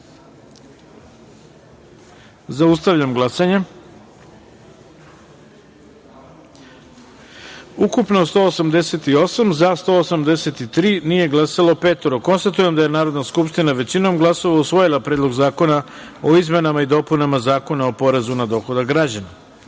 taster. Zaustavljam glasanje: ukupno 188, za – 183, nije glasalo pet narodnih poslanika. Konstatujem da je Narodna skupština većinom glasova usvojila Predlog zakona o izmenama i dopunama Zakona o porezu na dohodak građana. Osma